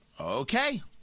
Okay